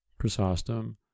Chrysostom